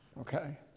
okay